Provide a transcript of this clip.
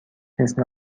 مثل